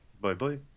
Bye-bye